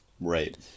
right